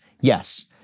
Yes